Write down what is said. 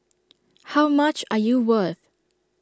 how much are you worth